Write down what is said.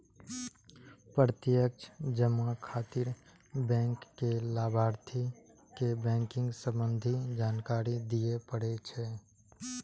प्रत्यक्ष जमा खातिर बैंक कें लाभार्थी के बैंकिंग संबंधी जानकारी दियै पड़ै छै